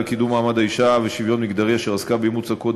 לקידום מעמד האישה ושוויון מגדרי אשר עסקה באימוץ הקוד